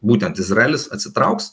būtent izraelis atsitrauks